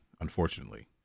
unfortunately